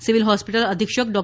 civil hospital અધિક્ષક ડો